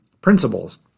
principles